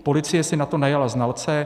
Policie si na to najala znalce.